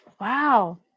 Wow